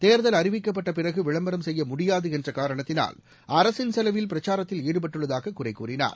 தேர்தல் அறிவிக்கப்பட்டபிறகுவிளம்பரம் செய்யமுடியாதுஎன்றகாரணத்தினால் அரசின் செலவில் பிரச்சாரத்தில் ஈடுபட்டுள்ளதாககுறைகூறினார்